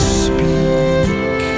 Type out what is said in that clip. speak